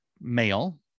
male